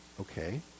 Okay